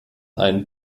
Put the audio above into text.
einen